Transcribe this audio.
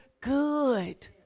good